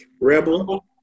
Rebel